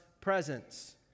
presence